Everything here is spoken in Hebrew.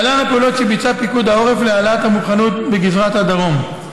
להלן הפעולות שביצע פיקוד העורף להעלאת המוכנות בגזרת הדרום: